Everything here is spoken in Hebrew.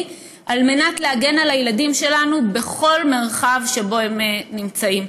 על מנת להגן על הילדים שלנו בכל מרחב שבו הם נמצאים.